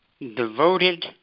devoted